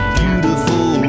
beautiful